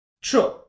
true